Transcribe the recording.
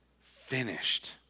finished